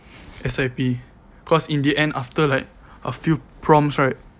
S_I_P cause in the end after like a few prompts right